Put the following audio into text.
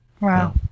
Wow